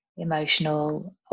Emotional